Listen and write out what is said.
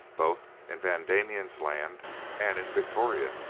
both in van diemen's land and in victoria,